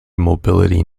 mobility